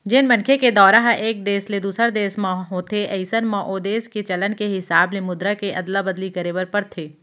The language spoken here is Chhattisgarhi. जेन मनखे के दौरा ह एक देस ले दूसर देस म होथे अइसन म ओ देस के चलन के हिसाब ले मुद्रा के अदला बदली करे बर परथे